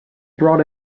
brought